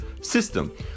system